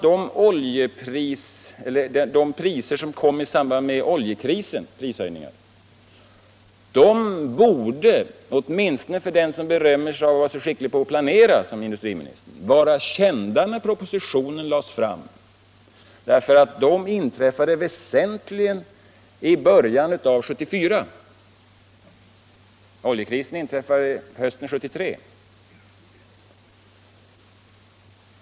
De prishöjningar som kom i samband med oljekrisen borde, åtminstone för den som berömmer sig av att vara så skicklig i att planera som industriminstern, varit kända när propositionen lades fram. Dessa prishöjningar inträffade nämligen väsentligen i början av år 1974 och oljekrisen under hösten 1973.